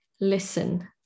listen